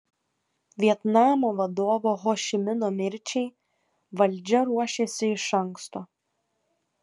vietnamo vadovo ho ši mino mirčiai valdžia ruošėsi iš anksto